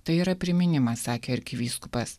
tai yra priminimas sakė arkivyskupas